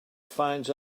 finds